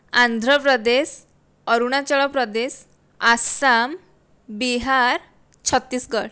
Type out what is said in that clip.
Andhra Pradesh Arunachal Pradesh Assam Bihar Chhattisgarh